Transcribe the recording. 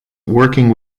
working